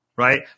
Right